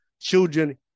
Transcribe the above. children